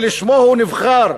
שלשמו הוא נבחר,